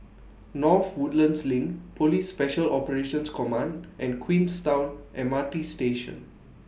North Woodlands LINK Police Special Operations Command and Queenstown M R T Station